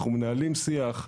אנחנו מנהלים שיח.